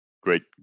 Great